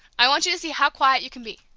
i want you to see how quiet you can be.